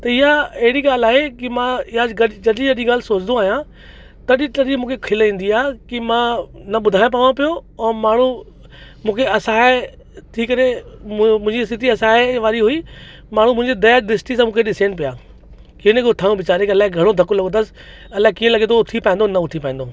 त इहा अहिड़ी ॻाल्हि आहे की मां अॼु जॾहिं जॾहिं इहा ॻाल्हि सोचंदो आहियां तॾहिं तॾहिं मूंखे खिल ईंदी आहे की मां न ॿुधाए पायां पियो औरि माण्हू मूंखे असहाय थी करे मु मुंहिंजी स्थिति असहाय वारी हुई माण्हू मुंहिंजी दया द्रिष्टि सां मूंखे ॾिसनि पिया हिन खे उथाऊं वीचारे खे अलाए घणो धक लॻो अथसि अलाए कीअं लॻे थो उथी पाईंदो की न उथी पाईंदो